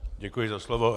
Děkuji za slovo.